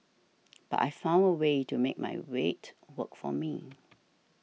but I found a way to make my weight work for me